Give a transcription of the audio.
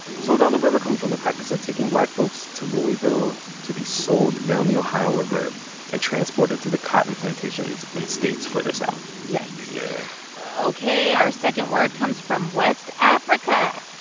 sold down the river comes from the practice of taking black folks to louisville to be sold down the ohio river and transported to the cotton plantations in states further south yikes yeah ok. our second word comes from west africa.